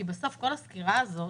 כי בסוף כל הסקירה הזאת